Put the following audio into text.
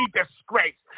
disgrace